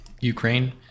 Ukraine